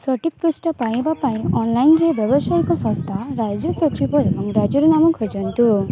ସଠିକ୍ ପୃଷ୍ଠା ପାଇବା ପାଇଁ ଅନ୍ଲାଇନ୍ରେ ବ୍ୟବସାୟିକ ସଂସ୍ଥା ରାଜ୍ୟ ସଚିବ ଏବଂ ରାଜ୍ୟର ନାମ ଖୋଜନ୍ତୁ